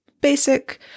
basic